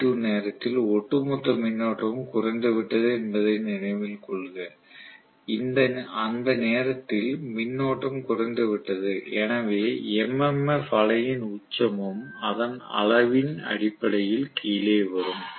t t2 நேரத்தில் ஒட்டுமொத்த மின்னோட்டமும் குறைந்துவிட்டது என்பதை நினைவில் கொள்க அந்த நேரத்தில் மின்னோட்டம் குறைந்துவிட்டது எனவே MMF அலையின் உச்சமும் அதன் அளவின் அடிப்படையில் கீழே வரும்